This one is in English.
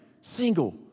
single